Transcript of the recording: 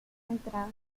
entradas